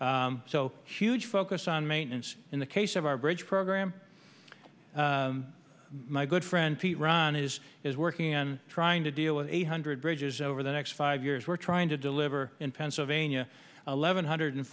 do so huge focus on maintenance in the case of our bridge program my good friend pete ron is is working on trying to deal with eight hundred bridges over the next five years we're trying to deliver in pennsylvania eleven hundred